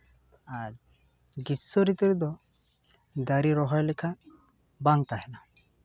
ᱟᱨ ᱜᱤᱨᱥᱚ ᱨᱤᱛᱩ ᱨᱮᱫᱚ ᱫᱟᱨᱮ ᱨᱚᱦᱚᱭ ᱞᱮᱠᱷᱟᱡ ᱵᱟᱝ ᱛᱟᱦᱮᱱᱟ